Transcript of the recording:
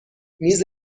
میز